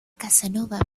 casanova